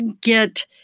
get